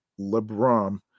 lebron